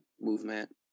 movement